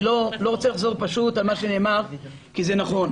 אני לא רוצה לחזור על מה שנאמר כי זה נכון.